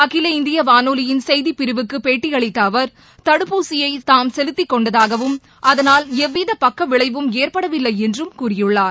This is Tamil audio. அகில இந்திய வானொலியின் செய்தி பிரிவுக்கு பேட்டியளித்த அவர் தடுப்பூசியை தாம் செலுத்தி கொண்டதாகவும் அதனால் எவ்வித பக்கவிளையும் ஏற்படவில்லை என்றும் கூறியுள்ளார்